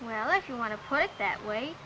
well if you want to put it that way